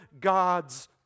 God's